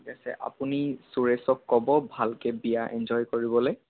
ঠিক আছে আপুনি সুৰেশক ক'ব ভালকৈ বিয়া এঞ্জয় কৰিবলৈ